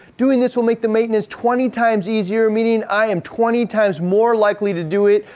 doing this will make the maintenance twenty times easier, meaning i am twenty times more likely to do it.